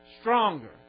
stronger